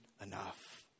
enough